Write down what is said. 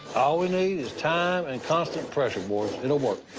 all we need is time and constant pressure, boys. it'll work.